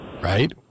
right